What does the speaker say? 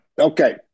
Okay